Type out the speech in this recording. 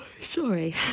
sorry